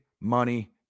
money